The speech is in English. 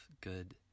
good